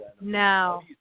now